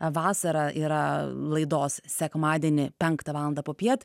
vasarą yra laidos sekmadienį penktą valandą popiet